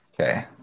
Okay